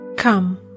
Come